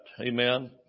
Amen